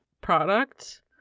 product